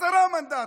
עשרה מנדטים.